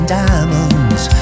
diamonds